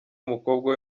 umukobwa